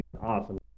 awesome